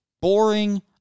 boring